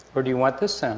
or do you want this